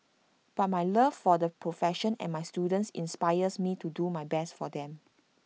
but my love for the profession and my students inspires me to do my best for them